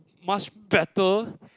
much better